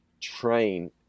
train